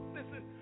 Listen